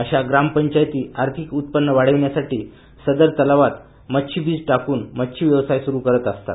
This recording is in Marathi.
अशा ग्राम पंचायती आर्थिक उत्पन्न वाढविण्यासाठी सदर तलावात मच्छीबिज टाकून मच्छी व्यवसाय स्रु करत असतात